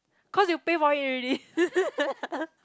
cause you pay for it already